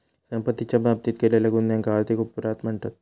संपत्तीच्या बाबतीत केलेल्या गुन्ह्यांका आर्थिक अपराध म्हणतत